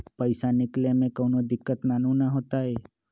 पईसा निकले में कउनो दिक़्क़त नानू न होताई?